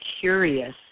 curious